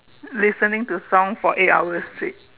listening to song for eight hours is it